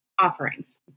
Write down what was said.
offerings